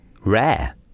rare